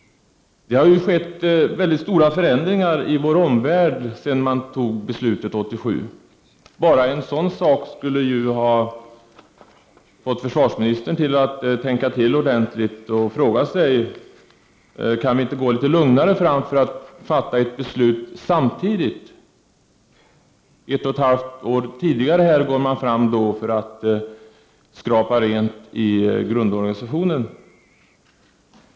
Det har skett väldigt stora förändringar i vår omvärld sedan man tog beslutet 1987. Bara en sådan sak borde ju ha fått försvarsministern att tänka till ordentligt och fråga sig: Kan vi inte gå litet lugnare fram för att fatta beslut samtidigt i de olika frågorna? Ett och ett halvt år tidigare går man fram för att skrapa rent i grundorganisationen.